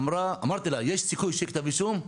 יש סיכוי שיהיה כתב אישום?